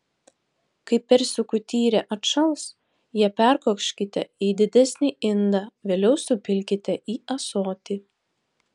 kai persikų tyrė atšals ją perkoškite į didesnį indą vėliau supilkite į ąsotį